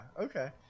okay